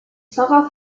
pfarrer